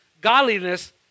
godliness